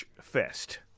Fest